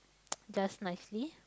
just nicely